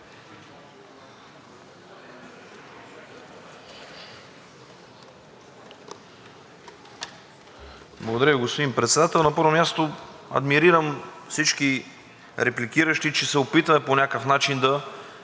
Благодаря, господин Председател. На първо място, адмирирам всички репликиращи, че се опитваме по някакъв начин да